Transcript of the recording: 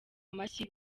amashyi